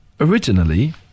Originally